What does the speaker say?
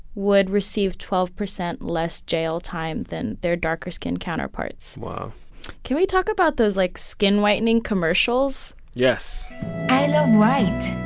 would receive twelve percent less jail time than their darker-skinned counterparts wow can we talk about those, like, skin-whitening commercials? yes i love white.